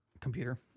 computer